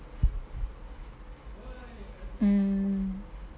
mm